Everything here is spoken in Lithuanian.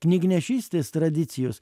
knygnešystės tradicijos